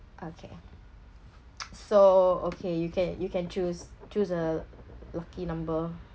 okay so okay you can you can choose choose a lucky number